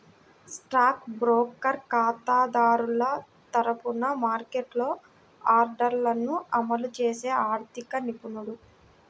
stock broker ఖాతాదారుల తరపున మార్కెట్లో ఆర్డర్లను అమలు చేసే ఆర్థిక నిపుణుడు